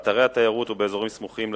באתרי התיירות ובאזורים סמוכים ליישובים,